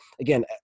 again